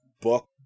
book